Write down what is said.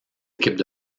équipes